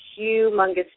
humongous